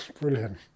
Brilliant